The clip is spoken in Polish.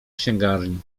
księgarni